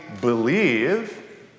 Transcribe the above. believe